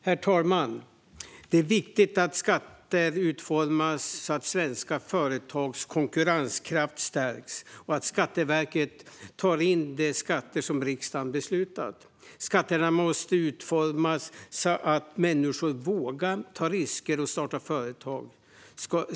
Herr talman! Det är viktigt att skatter utformas så att svenska företags konkurrenskraft stärks och att Skatteverket tar in de skatter som riksdagen beslutat. Skatterna måste utformas så att människor vågar ta risker och starta företag.